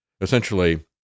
Essentially